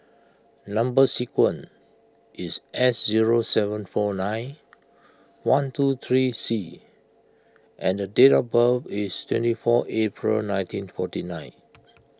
Number Sequence is S zero seven four nine one two three C and date of birth is twenty four April nineteen forty nine